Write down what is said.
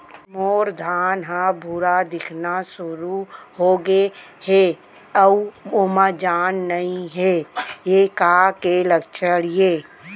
मोर धान ह भूरा दिखना शुरू होगे हे अऊ ओमा जान नही हे ये का के लक्षण ये?